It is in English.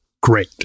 Great